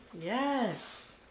Yes